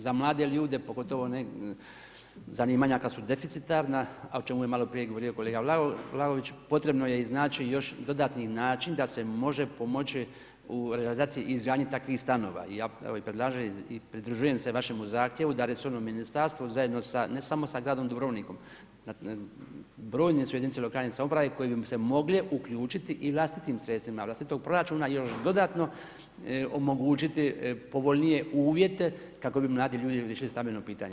Za mlade ljude, pogotovo one zanimanja kad su deficitarna, a o čemu je malo prije govorio kolega Vlaović, potrebno je iznaći još dodatni način da se može pomoći u realizaciji i izgradnji takvih stanova i ja evo i predlažem i pridružujem se vašem zahtjevu da resorno ministarstvo zajedno ne samo sa gradom Dubrovnikom, brojne su jedinice lokalne samouprave koje bi se mogle uključiti i vlastitim sredstvima vlastitog proračuna još dodatno omogućiti povoljnije uvjete kako bi mladi ljudi riješili stambeno pitanje.